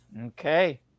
Okay